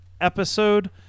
episode